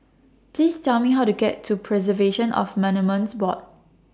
Please Tell Me How to get to Preservation of Monuments Board